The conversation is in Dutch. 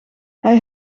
hij